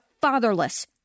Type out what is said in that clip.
fatherless